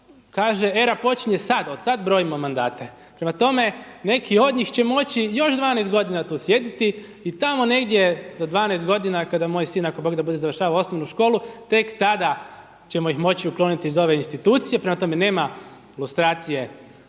kaže era počinje sad, od sada brojimo mandate. Prema tome neki od njih će moći još 12 godina tu sjediti i tamo negdje za 12 godina sin kada moj sin, ako Bog da bude završavao osnovnu školu tek tada ćemo ih moći ukloniti iz ove institucije. Prema tome nema lustracije